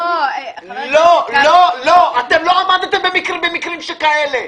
אתם לא עמדתם במקרים שכאלה.